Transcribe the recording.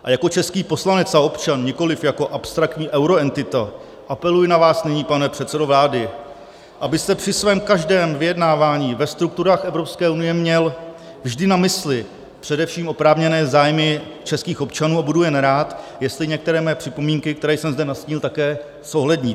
A jako český poslanec a občan, nikoliv jako abstraktní euroentita, apeluji na vás nyní, pane předsedo vlády, abyste při svém každém vyjednávání ve strukturách EU měl vždy na mysli především oprávněné zájmy českých občanů, a budu jen rád, jestli některé mé připomínky, které jsem zde nastínil, také zohledníte.